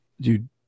dude